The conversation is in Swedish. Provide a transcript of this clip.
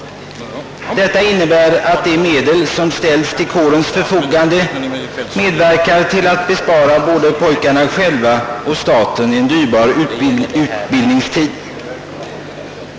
Detta innebär att de medel som ställes till sjövärnskårens förfogande besparar både pojkarna själva och staten en dyrbar utbildningstid.